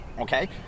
Okay